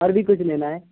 اور بھی کچھ لینا ہے